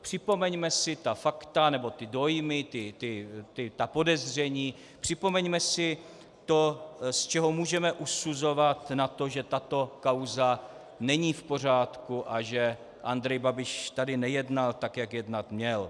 Připomeňme si ta fakta nebo ty dojmy, ta podezření, připomeňme si to, z čeho můžeme usuzovat na to, že tato kauza není v pořádku a že Andrej Babiš tedy nejednal tak, jak jednat měl.